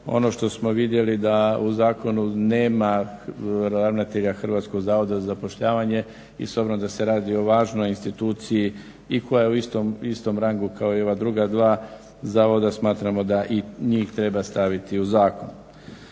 Ono što smo vidjeli da u zakon nema ravnatelja HZZ-a i s obzirom da se radi o važnoj instituciji i koja je u istom rangu kao i ova druga dva zavoda smatramo da i njih treba staviti u zakon.